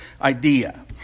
idea